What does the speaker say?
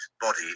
body